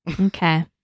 Okay